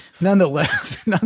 Nonetheless